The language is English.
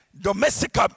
Domestic